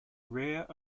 rare